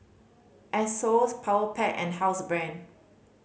Asos Powerpac and Housebrand